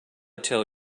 tell